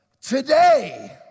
today